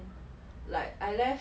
like I left